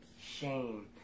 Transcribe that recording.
Shame